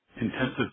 intensive